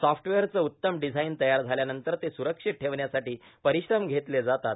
सॉफ्टवेअरचं उत्तम डिझाइन तयार झाल्यानंतर ते सुरक्षित ठेवण्यासाठी परिश्रम घेतले जातात